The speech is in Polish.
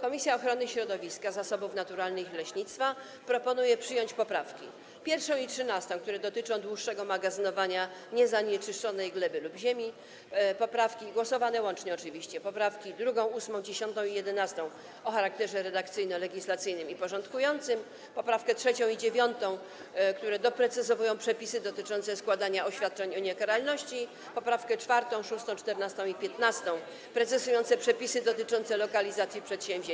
Komisja Ochrony Środowiska, Zasobów Naturalnych i Leśnictwa proponuje przyjąć poprawki: 1. i 13., które dotyczą dłuższego magazynowania niezanieczyszczonej gleby lub ziemi, poprawki, głosowane łącznie oczywiście: 2., 8., 10., i 11. o charakterze redakcyjno-legislacyjnym i porządkującym, poprawki 3. i 9., które doprecyzowują przepisy dotyczące składania oświadczeń o niekaralności, poprawki 4., 6., 14., i 15. precyzujące przepisy dotyczące lokalizacji przedsięwzięć